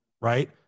Right